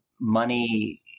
money